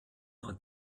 nur